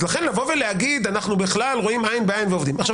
אז להגיד שאנחנו רואים עין בעין ועובדים יחד,